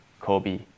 Kobe